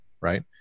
right